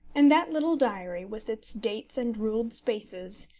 and that little diary, with its dates and ruled spaces,